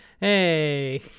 hey